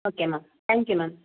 okay ma'am thank you ma'am